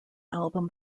album